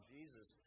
Jesus